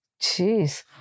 Jeez